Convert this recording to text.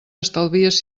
estalvies